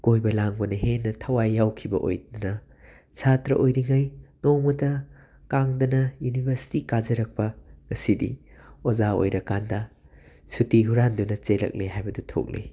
ꯀꯣꯏꯕ ꯂꯥꯡꯕ ꯍꯦꯟꯅ ꯊꯥꯋꯥꯏ ꯌꯥꯎꯈꯤꯕ ꯑꯣꯏꯗꯨꯅ ꯁꯥꯇ꯭ꯔꯥ ꯑꯣꯏꯔꯤꯉꯩ ꯅꯣꯡꯃꯇ ꯀꯥꯡꯗꯅ ꯌꯨꯅꯤꯚꯔꯁꯤꯇꯤ ꯀꯥꯖꯔꯛꯄ ꯉꯁꯤꯗꯤ ꯑꯣꯖꯥ ꯑꯣꯏꯔꯀꯥꯟꯗ ꯁꯨꯇꯤ ꯍꯨꯔꯥꯟꯗꯨꯅ ꯆꯦꯜꯂꯛꯂꯦ ꯍꯥꯏꯕꯗꯨ ꯊꯣꯛꯂꯦ